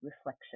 reflection